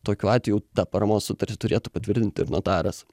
tokiu atveju jau tą paramos sutartį turėtų patvirtint ir notaras